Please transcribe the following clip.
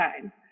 time